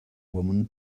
woman